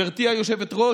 גברתי היושבת-ראש,